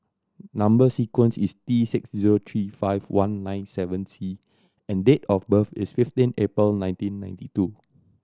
number sequence is T six zero three five one nine seven C and date of birth is fifteen April nineteen ninety two